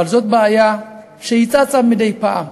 אבל זאת בעיה שצצה מדי פעם.